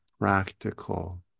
practical